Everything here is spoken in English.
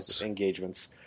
engagements